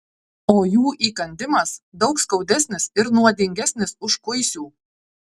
o jų įkandimas daug skaudesnis ir nuodingesnis už kuisių